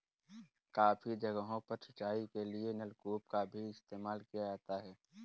काफी जगहों पर सिंचाई के लिए नलकूप का भी इस्तेमाल किया जाता है